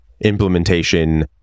Implementation